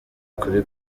kuri